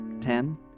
Ten